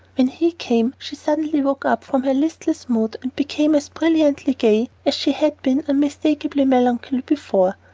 when he came, she suddenly woke up from her listless mood and became as brilliantly gay as she had been unmistakably melancholy before.